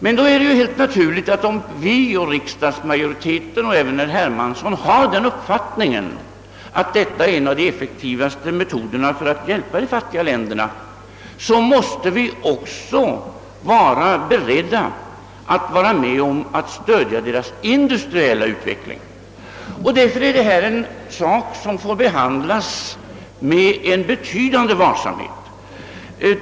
Men det är helt naturligt att om vi inom regeringen, riks dagsmajoriteten och även herr Hermansson har den uppfattningen, att detta är en av de effektivaste metoderna att hjälpa de fattiga länderna, måste vi också vara beredda att vara med om att stödja deras industriella utveckling. Dessa frågor måste behandlas med stor varsamhet.